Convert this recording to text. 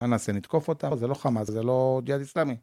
מה נעשה, נתקוף אותה? זה לא חמאס, זה לא ג'יהאד אסלאמי